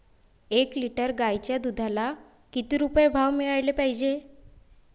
एक लिटर गाईच्या दुधाला किती रुपये भाव मिळायले पाहिजे?